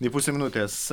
nei puse minutės